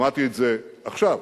שמעתי את זה, עכשיו,